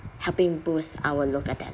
helping boost our local talent